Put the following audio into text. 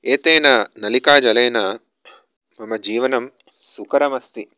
एतेन नलिकाजलेन मम जीवनं सुकरमस्ति